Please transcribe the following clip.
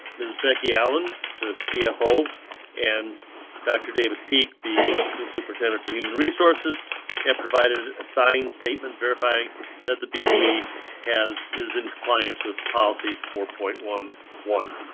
is becky allen, the cfo and doctor, david peak, the assistant superintendent for human resources, and provided a signed statement verifying that the byoe has is in compliance with policy four point one one.